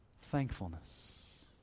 Thankfulness